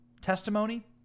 testimony